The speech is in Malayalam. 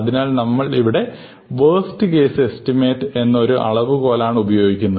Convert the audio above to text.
അതിനാൽ നമ്മൾ ഇവിടെ വേർസ്റ് കേസ് എസ്റ്റിമേറ്റ് എന്ന ഒരു അളവുകോലാണ് ഉപയോഗിക്കുന്നത്